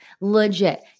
Legit